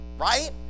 right